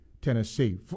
Tennessee